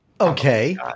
Okay